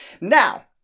Now